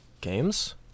games